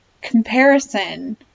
comparison